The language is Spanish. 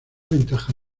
ventaja